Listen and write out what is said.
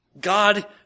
God